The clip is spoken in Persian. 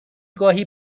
گاهی